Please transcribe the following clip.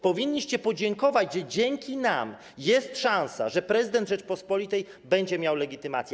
Powinniście podziękować, że dzięki nam jest szansa, że prezydent Rzeczypospolitej będzie miał legitymację.